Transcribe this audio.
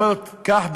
אומר לו: קח חינם.